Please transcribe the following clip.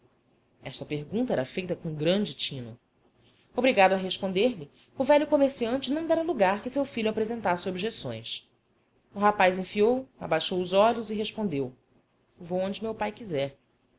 esta pergunta era feita com grande tino obrigado a responder-lhe o velho comerciante não dera lugar que seu filho apresentasse objeções o rapaz enfiou abaixou os olhos e respondeu vou onde meu pai quiser